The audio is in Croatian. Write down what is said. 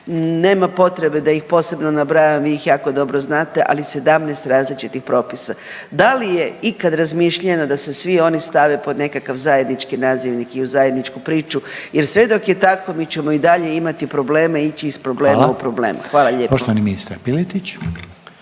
Nema potrebe da ih posebno nabrajam, vi ih jako dobro znate, ali 17 različitih propisa. Da li je ikad razmišljeno da se svi oni stave pod nekakav zajednički nazivnik i u zajedničku priču jer sve dok je tako mi ćemo i dalje imati probleme, ići iz problema u problem, hvala lijepo.